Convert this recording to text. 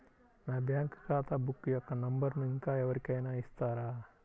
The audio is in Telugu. నా బ్యాంక్ ఖాతా బుక్ యొక్క నంబరును ఇంకా ఎవరి కైనా ఇస్తారా?